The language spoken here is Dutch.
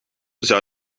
zou